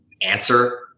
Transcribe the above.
answer